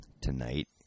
Tonight